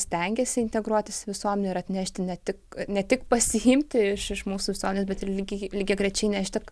stengiasi integruotis į visuomenę ir atnešti ne tik ne tik pasiimti iš iš mūsų saulės bet ir lygiai lygiagrečiai nešti